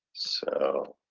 so,